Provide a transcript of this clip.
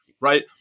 Right